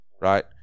right